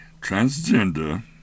transgender